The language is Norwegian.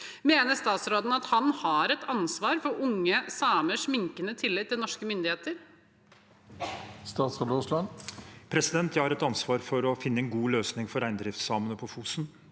Mener statsråden at han har et ansvar for unge samers minkende tillit til norske myndigheter? Statsråd Terje Aasland Jeg har et ansvar for å finne en god løsning for reindriftssamene på Fosen.